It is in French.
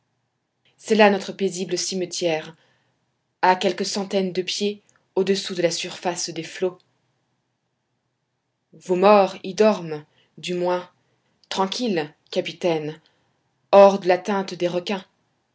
là notre paisible cimetière à quelques centaines de pieds au-dessous de la surface des flots vos morts y dorment du moins tranquilles capitaine hors de l'atteinte des requins